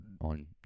on